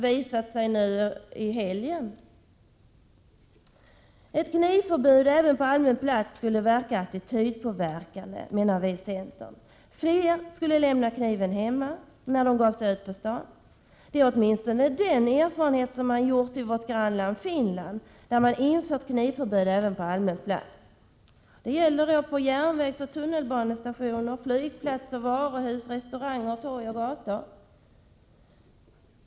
Ett förbud mot att bära kniv även på allmän plats skulle vara attitydpåverkande, menar vi i centern. Fler skulle lämna kniven hemma när de gav sig ut påsstan. Det är åtminstone den erfarenhet man gjort i vårt grannland Finland, där man infört knivförbud på allmän plats, alltså även på järnvägsoch tunnelbanestationer, flygplatser, varuhus, restauranger, gator och torg.